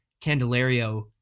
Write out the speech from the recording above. Candelario